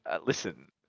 Listen